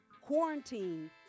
Quarantine